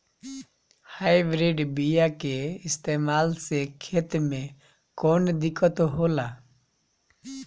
Hybrid बीया के इस्तेमाल से खेत में कौन दिकत होलाऽ?